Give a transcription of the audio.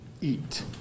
eat